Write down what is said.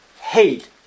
hate